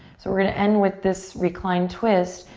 so we're gonna end with this reclined twist.